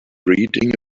reading